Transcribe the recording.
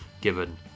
given